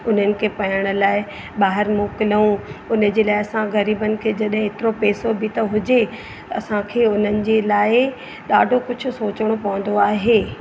उन्हनि खे पढ़ण लाइ ॿाहिरि मोकिलूं उन जे लाइ असां ग़रीबनि खे जॾहिं एतिरो पैसो बि त हुजे असांखे उन्हनि जे लाइ ॾाढो कुझु सोचिणो पवंदो आहे